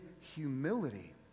humility